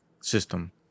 system